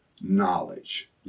knowledge